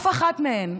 אף אחת מהן,